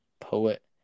poet